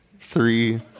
Three